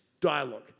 dialogue